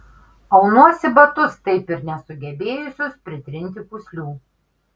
aunuosi batus taip ir nesugebėjusius pritrinti pūslių